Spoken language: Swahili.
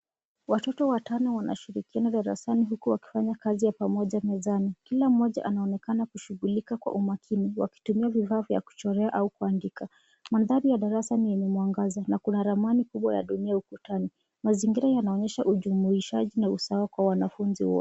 Watoto watano wanashirikiana darasani huku wakifanya kazi ya pamoja mezani .Kila mmoja anaonekana kushughulika kwa umakini wakitumia vifaa vya kuchorea au kuandika. Mandhari ya darasa ni yenye mwangaza na kuna ramani kubwa ya dunia ukutani. Mazingira yanaonyesha ujumuishaji na usawa kwa wanafunzi wote.